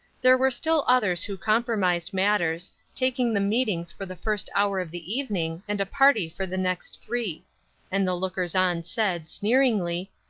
there were still others who compromised matters, taking the meetings for the first hour of the evening and a party for the next three and the lookers-on said, sneeringly,